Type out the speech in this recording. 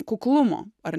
kuklumo ar